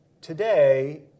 Today